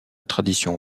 tradition